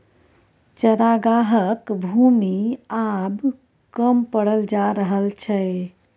चरागाहक भूमि आब कम पड़ल जा रहल छै